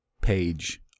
page